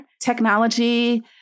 Technology